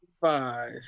five